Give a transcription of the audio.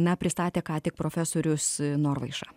na pristatė ką tik profesorius norvaiša